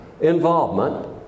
involvement